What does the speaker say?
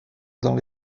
dans